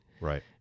Right